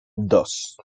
dos